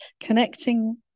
connecting